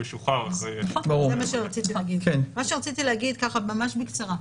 ישוחרר אחרי --- רציתי להגיד ככה ממש בקצרה.